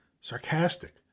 sarcastic